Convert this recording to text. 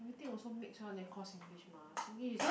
everything also mix one then call singlish mah singlish is cha~